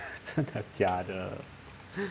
真的假的